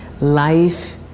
Life